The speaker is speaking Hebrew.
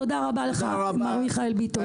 תודה רבה לך, מר מיכאל ביטון.